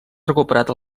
recuperat